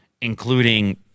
including